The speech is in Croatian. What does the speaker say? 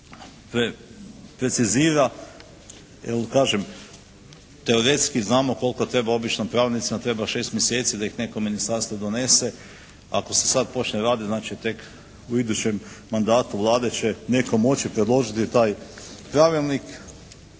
jer kažem teoretski znamo koliko treba običnim pravilnicima, treba pest mjeseci da ih neko ministarstvo donese. Ako se sad počne raditi znači tek u idućem mandatu Vlade će netko moći predložiti taj pravilnik.